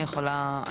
אבל אני יכולה לברר.